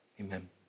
amen